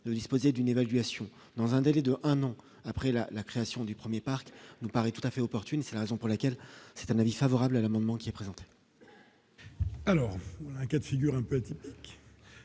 de disposer d'une évaluation dans un délai de un an après la la création du 1er parc nous paraît tout à fait opportune, c'est la raison pour laquelle c'est un avis favorable à l'amendement qui est présente. Alors, un cas de figure, un petit peu.